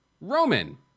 Roman